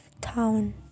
town